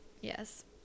Yes